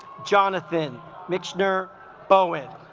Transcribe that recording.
jonathan meixner bowen